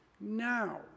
now